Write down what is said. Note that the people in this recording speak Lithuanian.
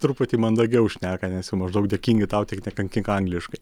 truputį mandagiau šneka nes jau maždaug dėkingi tau tik nekankink angliškai